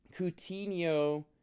Coutinho